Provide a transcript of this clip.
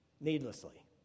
needlessly